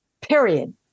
period